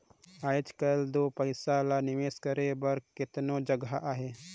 आएज काएल दो पइसा ल निवेस करे कर केतनो जगहा अहे